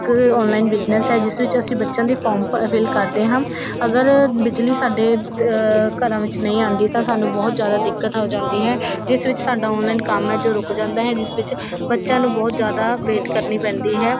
ਇੱਕ online business ਹੈ ਜਿਸ ਵਿੱਚ ਅਸੀਂ ਬੱਚਿਆਂ ਦੇ ਫੋਰਮ ਭ ਫਿਲ ਕਰਦੇ ਹਾਂ ਅਗਰ ਬਿਜਲੀ ਸਾਡੇ ਘਰਾਂ ਵਿੱਚ ਨਹੀਂ ਆਉਂਦੀ ਤਾਂ ਸਾਨੂੰ ਬਹੁਤ ਜ਼ਿਆਦਾ ਦਿੱਕਤ ਹੋ ਜਾਂਦੀ ਹੈ ਜਿਸ ਵਿੱਚ ਸਾਡਾ ਆਨਲਾਈਨ ਕੰਮ ਹੈ ਜੋ ਰੁਕ ਜਾਂਦਾ ਹੈ ਜਿਸ ਵਿੱਚ ਬੱਚਿਆਂ ਨੂੰ ਬਹੁਤ ਜ਼ਿਆਦਾ ਵੇਟ ਕਰਨੀ ਪੈਂਦੀ ਹੈ